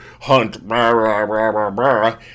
hunt